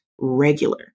regular